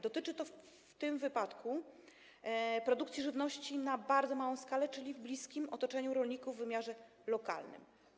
Dotyczy to w tym wypadku produkcji żywności na bardzo małą skalę, czyli w bliskim otoczeniu rolników, w wymiarze lokalnym.